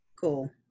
Cool